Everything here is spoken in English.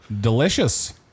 delicious